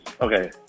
okay